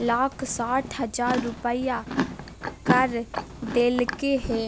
लाख साठ हजार रुपया कर देलके हें